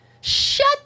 Shut